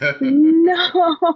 No